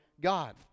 God